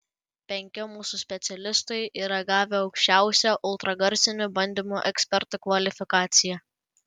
penki mūsų specialistai yra gavę aukščiausią ultragarsinių bandymų ekspertų kvalifikaciją